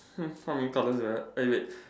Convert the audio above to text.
hmm how many colors do I have eh wait